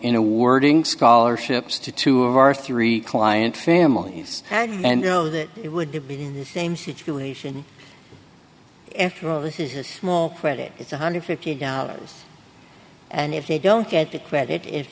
in awarding scholarships to two of our three client families had and you know that it would have been the same situation after all this is a small credit it's one hundred and fifty dollars and if they don't get the credit if